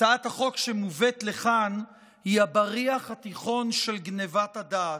הצעת החוק שמובאת לכאן היא הבריח התיכון של גנבת הדעת.